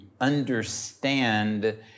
understand